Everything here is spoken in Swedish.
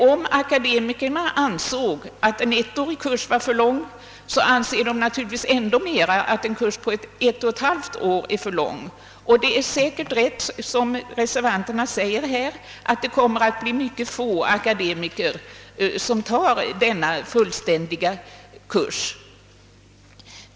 Om akademikerna ansåg att en ettårig kurs var för lång, anser de naturligtvis ännu me ra att en kurs på ett och ett halvt år är för lång. Det är säkert rätt som reservanterna säger att mycket få akademiker kommer att ta denna fullständiga kurs.